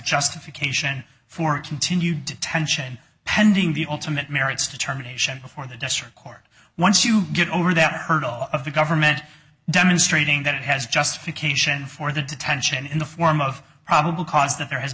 justification for continued detention pending the ultimate merits determination before the district court once you get over that hurdle of the government demonstrating that it has justification for the detention in the form of probable cause that there has